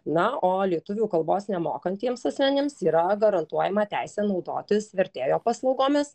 na o lietuvių kalbos nemokantiems asmenims yra garantuojama teisė naudotis vertėjo paslaugomis